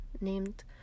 named